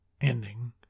ending